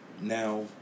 Now